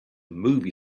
movie